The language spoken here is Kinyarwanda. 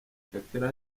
shakira